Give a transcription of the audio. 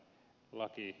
laki